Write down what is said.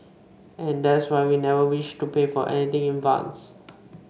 and that's why we never wished to pay for anything in advance